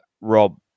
Rob